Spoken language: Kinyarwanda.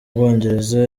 bwongereza